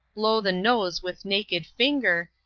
blow the noze with naked finger,